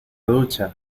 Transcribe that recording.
ducha